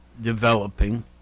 developing